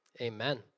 amen